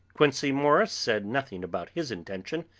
quincey morris said nothing about his intention,